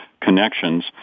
connections